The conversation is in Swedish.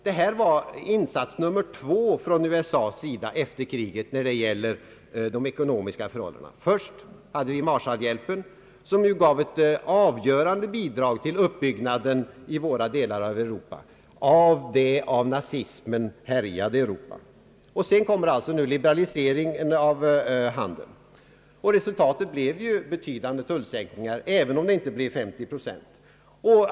Det var insats nr 2 från USA:s sida vad beträffar de ekonomiska förhållandena. Först var det ju Marshallhjälpen, som gav ett avgörande bidrag till uppbyggnaden av det av nazismen härjade Europa. Sedan kommer alltså nu liberaliseringen av handeln, och resultatet blev betydande tullsänkningar, även om dessa inte uppgår till 50 procent.